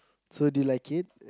so do you like it